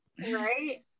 Right